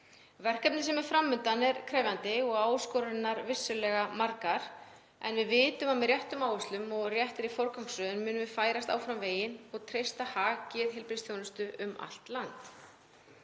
Verkefnið sem er fram undan er krefjandi og áskoranirnar vissulega margar en við vitum að með réttum áherslum og réttri forgangsröðun munum við færast áfram veginn og treysta hag geðheilbrigðisþjónustu um allt land.